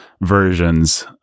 versions